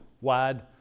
wide